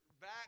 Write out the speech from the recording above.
back